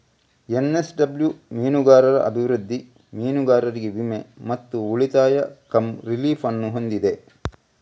NSW ಮೀನುಗಾರರ ಅಭಿವೃದ್ಧಿ, ಮೀನುಗಾರರಿಗೆ ವಿಮೆ ಮತ್ತು ಉಳಿತಾಯ ಕಮ್ ರಿಲೀಫ್ ಅನ್ನು ಹೊಂದಿದೆ